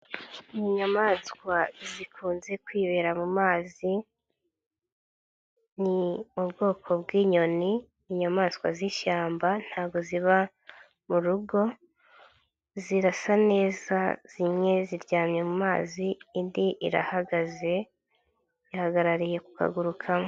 Inyamaswa zikunze kwibera mu mazi, ni ubwoko bw'inyoni inyamaswa z'ishyamba ntabwo ziba murugo, zirasa neza zimwe ziryamye mu mazi, indi irahagaze ihagarariye ku kaguru kamwe.